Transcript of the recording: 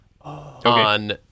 on